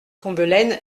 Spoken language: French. combelaine